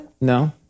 No